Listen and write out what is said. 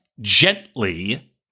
Gently